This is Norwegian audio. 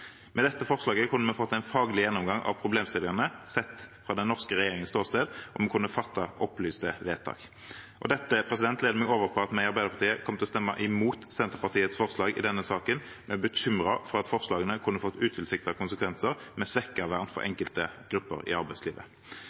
Med flertall for dette forslaget kunne vi fått en faglig gjennomgang av problemstillingene, sett fra den norske regjeringens ståsted, og vi kunne ha fattet opplyste vedtak. Dette leder meg over til å si at vi i Arbeiderpartiet kommer til å stemme imot Senterpartiets forslag i denne saken. Vi er bekymret for at forslagene kunne fått utilsiktede konsekvenser, med svekket vern for enkelte grupper i arbeidslivet.